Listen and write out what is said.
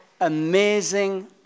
amazing